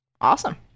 awesome